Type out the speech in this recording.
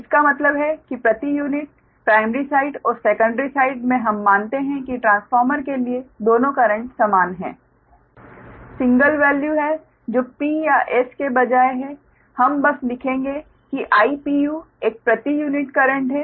इसका मतलब है कि प्रति यूनिट प्राइमरी साइड और सेकंडरी साइड में हम मानते हैं कि ट्रांसफार्मर के लिए दोनों करेंट समान हैं सिंगल वैल्यू है जो 'p' या 's' के बजाय है हम बस लिखेंगे कि I एक प्रति यूनिट करेंट है